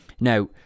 Now